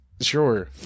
Sure